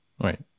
right